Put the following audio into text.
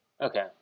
Okay